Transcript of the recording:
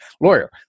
lawyer